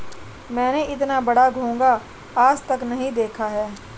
मैंने इतना बड़ा घोंघा आज तक नही देखा है